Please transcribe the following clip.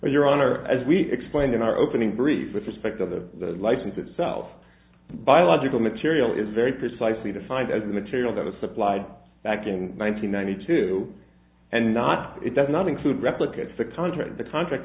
your honor as we explained in our opening brief with respect of the license itself biological material is very precisely defined as the material that was supplied backing nine hundred ninety two and not it does not include replicates the contract the contract